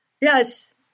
Yes